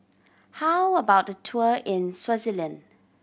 how about a tour in Swaziland